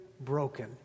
broken